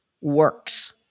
works